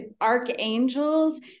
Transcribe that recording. archangels